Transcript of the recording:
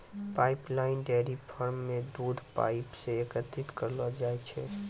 pipeline dairy farm म दूध pipe सें एकत्रित करलो जाय छै